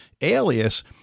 Alias